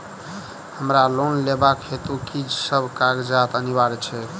हमरा लोन लेबाक हेतु की सब कागजात अनिवार्य छैक?